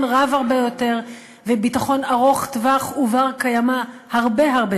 רב יותר וביטחון ארוך טווח ובר-קיימא הרבה הרבה